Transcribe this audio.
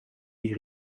die